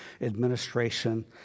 administration